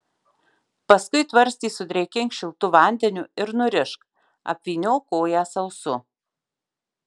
paskui tvarstį sudrėkink šiltu vandeniu ir nurišk apvyniok koją sausu